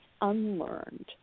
unlearned